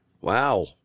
Wow